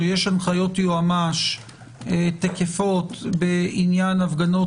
או יש הנחיות יועמ"ש תקפות לגבי הפגנות